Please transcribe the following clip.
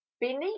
beneath